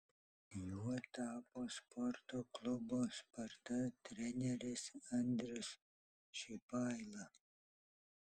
juo tapo sporto klubo sparta treneris andrius šipaila